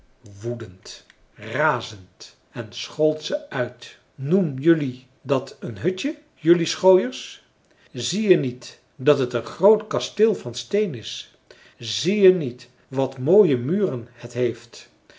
woedend razend en schold ze uit noem jelui dat een hutje jelui schooiers zie je niet dat het een groot kasteel van steen is zie je niet wat mooie muren het heeft